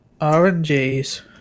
RNGs